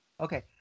Okay